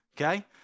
okay